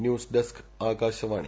news desk Akashvani